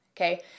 okay